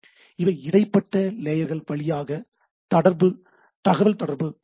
இது இடைப்பட்ட லேயர்கள் வழியாக தகவல் தொடர்பு செய்கிறது